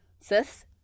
sis